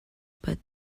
but